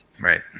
right